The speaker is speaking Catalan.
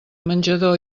menjador